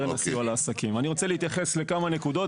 אני רוצה להתייחס לכמה נקודות,